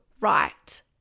right